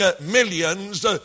millions